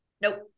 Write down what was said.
Nope